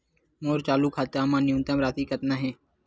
मोर चालू खाता मा न्यूनतम राशि कतना हे?